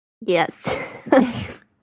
Yes